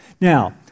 Now